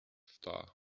stars